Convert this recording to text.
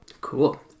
Cool